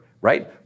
right